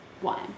one